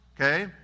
Okay